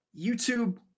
YouTube